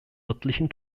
örtlichen